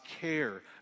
care